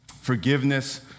forgiveness